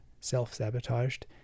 self-sabotaged